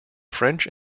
french